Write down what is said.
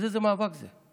אז איזה מאבק זה?